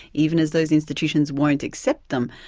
even as those institutions won't accept them,